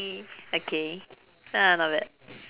okay ya not bad